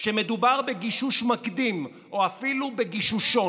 שמדובר בגישוש מקדים, או אפילו בגישושון,